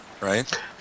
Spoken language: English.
right